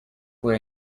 were